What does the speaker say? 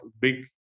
big